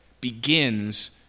begins